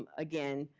um again,